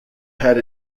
had